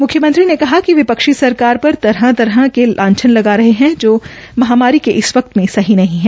मुख्यमंत्री ने कहा कि विपक्षी सरकार पर तरह तरह के लांछन लगा रहे हैं जो महामारी के इस वक्त में सही नहीं है